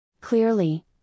Clearly